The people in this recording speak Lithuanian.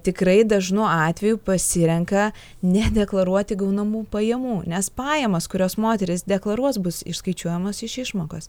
tikrai dažnu atveju pasirenka ne deklaruoti gaunamų pajamų nes pajamos kurios moterys deklaruos bus išskaičiuojamos iš išmokos